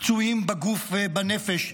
פצועים בגוף ובנפש,